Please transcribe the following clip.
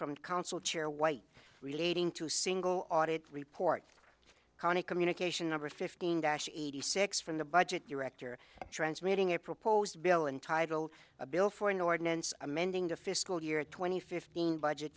from council chair white relating to single audit report county communication number fifteen dash eighty six from the budget director transmitting a proposed bill and title a bill for an ordinance amending the fiscal year two thousand and fifteen budget